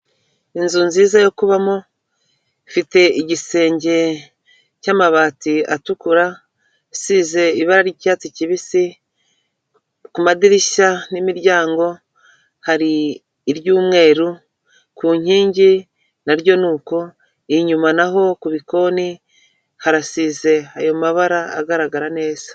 Inzu nziza yo kubamo, ifite igisenge cy'amabati atukura, isize ibara ry'icyatsi kibisi, ku madirishya n'imiryango hari iry'umweru, ku nkingi naryo ni uko, inyuma naho ku bikoni harasize ayo mabara agaragara neza.